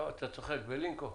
למה אתה צוחק, בלינקו?